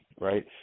right